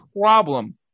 problem